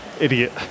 idiot